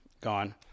gone